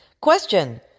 question